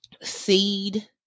seed